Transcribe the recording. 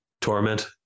torment